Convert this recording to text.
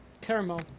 Caramel